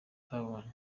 utabonye